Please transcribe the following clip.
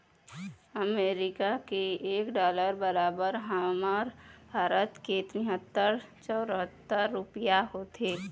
अमरीका के एक डॉलर बरोबर हमर भारत के तिहत्तर चउहत्तर रूपइया होथे